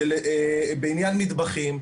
בעניין מטבחים,